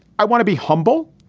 i want to be humble.